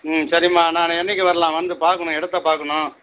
ம் சரிம்மா நானு என்னைக்கு வரலாம் வந்து பார்க்கணும் இடத்த பார்க்கணும்